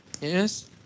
yes